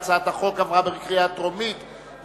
ההצעה להעביר את הצעת חוק הביטוח הלאומי (תיקון,